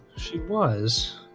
she was